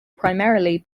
primarily